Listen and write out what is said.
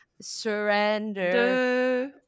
surrender